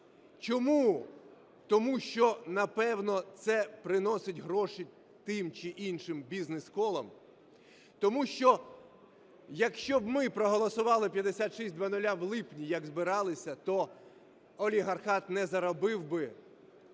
Чому? Тому що, напевно, це приносить гроші тим чи іншим бізнес-колам, тому що якщо б ми проголосували 5600 в липні, як збиралися, то олігархат не заробив би